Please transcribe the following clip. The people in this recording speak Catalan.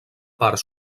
part